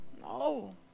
No